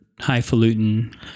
highfalutin